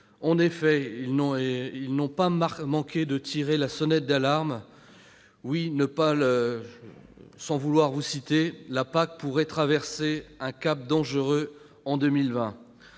En effet, ils n'ont pas manqué de tirer la sonnette d'alarme. Oui, pour ne pas les citer, la PAC pourrait « traverser un cap dangereux en 2020